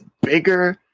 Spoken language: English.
bigger